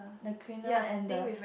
the quinoa and the